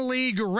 League